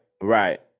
right